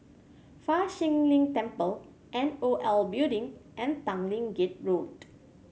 Fa Shi Lin Temple N O L Building and Tanglin Gate Road